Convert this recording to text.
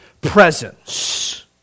Presence